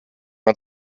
hat